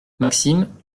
maxime